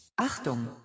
Achtung